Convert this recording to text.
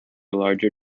larger